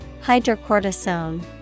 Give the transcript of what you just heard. hydrocortisone